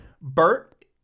Bert